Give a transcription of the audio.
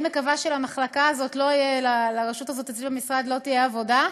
אני מקווה שלרשות הזאת אצלי במשרד לא תהיה עבודה,